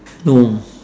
no